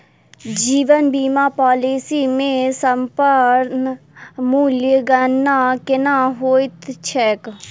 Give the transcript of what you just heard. जीवन बीमा पॉलिसी मे समर्पण मूल्यक गणना केना होइत छैक?